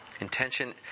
Intention